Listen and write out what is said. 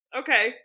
Okay